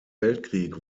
weltkrieg